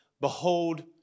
behold